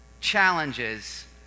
challenges